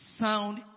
sound